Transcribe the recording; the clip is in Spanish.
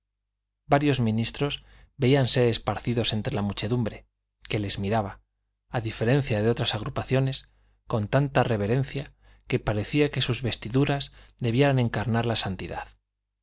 varios ministros veíanse esparcidos entre la muchedumbre que les miraba a diferencia de otras agrupaciones con tanta reverencia que parecía que sus vestiduras debieran encarnar la santidad